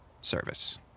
service